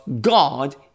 God